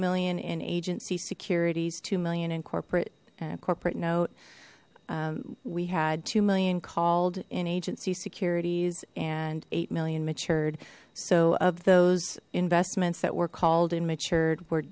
million in agency securities two million in corporate and corporate note we had two million called in agency securities and eight million matured so of those investments that were called and matured were